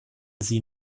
sie